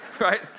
right